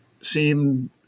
seemed